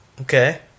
Okay